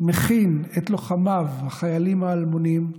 מכין את לוחמיו, החיילים האלמונים,